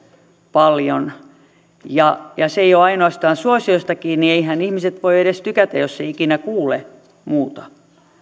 paljon ja ja se ei ole ainoastaan suosiosta kiinni eiväthän ihmiset voi edes tykätä jos ei ikinä kuule muuta